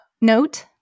note